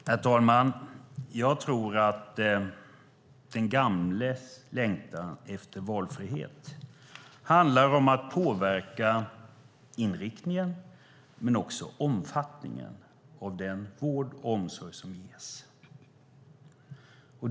Herr talman! Jag tror att den gamles längtan efter valfrihet handlar om att påverka inriktningen och omfattningen av den vård och omsorg som ges.